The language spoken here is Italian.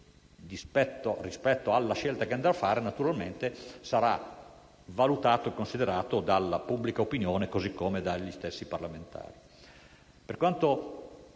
Rispetto alla scelta che andrà a fare, naturalmente sarà valutato e considerato dalla pubblica opinione, così come dagli stessi parlamentari. Per quanto